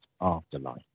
afterlife